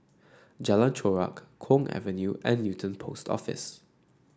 Jalan Chorak Kwong Avenue and Newton Post Office